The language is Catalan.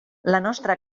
nostra